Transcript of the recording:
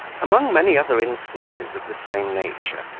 among many other instances of the same nature,